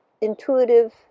intuitive